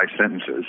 sentences